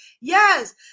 yes